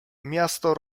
miasto